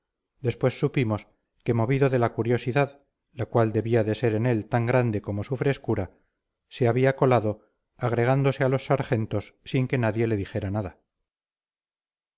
después supimos que movido de la curiosidad la cual debía de ser en él tan grande como su frescura se había colado agregándose a los sargentos sin que nadie le dijera nada